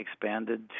expanded